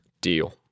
Deal